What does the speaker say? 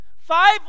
Five